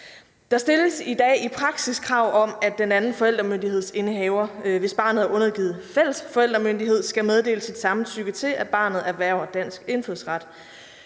Der stilles i dag i praksis krav om, at den anden forældremyndighedsindehaver, hvis barnet er undergivet fælles forældremyndighed, skal meddele sit samtykke til, at barnet erhverver dansk indfødsret.